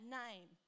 name